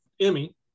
Emmy